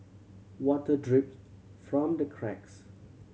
water drip from the cracks